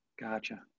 Gotcha